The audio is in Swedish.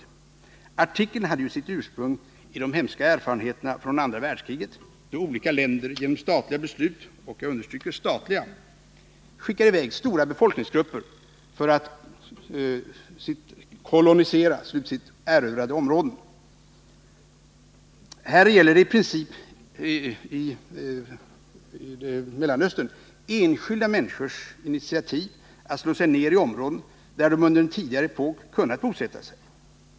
Artikeln Om förhållandena hade ju sitt ursprung i de hemska erfarenheterna från andra världskriget, då —; Mellanöstern olika länder genom statliga beslut — jag understryker statliga — skickade i väg stora befolkningsgrupper för att ”kolonisera” erövrade områden. I Mellanöstern gäller det i princip enskilda människors initiativ att slå sig ner i områden, där de under en tidigare epok kunnat bosätta sig.